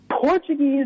Portuguese